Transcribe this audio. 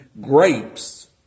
grapes